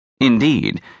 Indeed